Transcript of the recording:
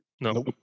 No